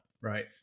right